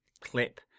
clip